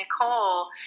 Nicole